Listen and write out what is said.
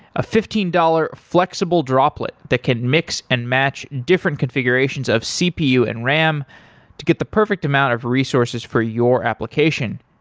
a fifteen dollars flexible droplet that can mix and match different configurations of cpu and ram to get the perfect amount of resources for your application.